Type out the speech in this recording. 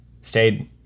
stayed